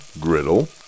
griddle